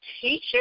teacher